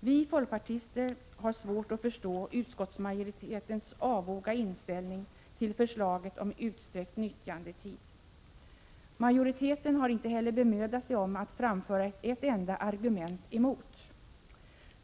Vi folkpartister har svårt att förstå utskottsmajoritetens avoga inställning till förslaget om utsträckt nyttjandetid. Majoriteten har inte heller bemödat sig om att framföra ett enda argument emot.